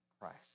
Christ